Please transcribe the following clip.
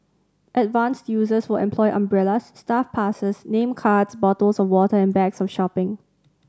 advanced users will employ umbrellas staff passes name cards bottles of water and bags of shopping